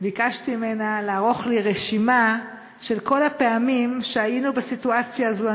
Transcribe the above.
ביקשתי ממנה לערוך לי רשימה של כל הפעמים שהיינו בסיטואציה הזאת.